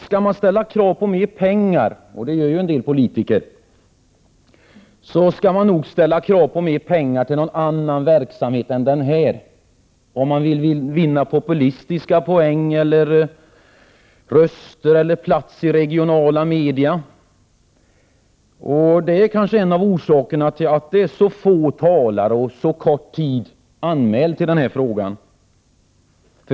Skall man ställa krav på mer pengar — och det gör en del politiker — så skall man nog göra det till någon annan verksamhet än den här om man vill vinna populistiska poäng eller röster eller plats i regionala medier. Det är kanske en av orsakerna till att det är så få talare och så kort taletid anmäld i den här frågan.